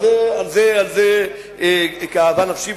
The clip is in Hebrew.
על זה כאבה נפשי.